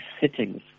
sittings